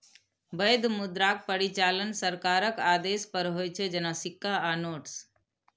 वैध मुद्राक परिचालन सरकारक आदेश पर होइ छै, जेना सिक्का आ नोट्स